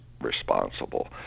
responsible